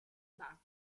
bath